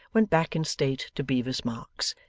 went back in state to bevis marks,